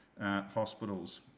hospitals